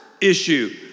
issue